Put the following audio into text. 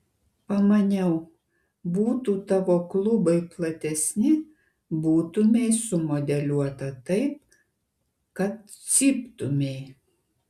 pamaniau būtų tavo klubai platesni būtumei sumodeliuota taip kad cyptumei